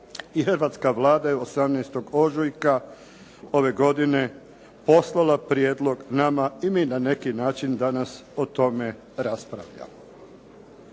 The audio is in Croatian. hrvatska Vlada je 18. ožujka ove godine poslala prijedlog nama i mi na neki način danas o tome raspravljamo.